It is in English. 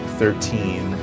thirteen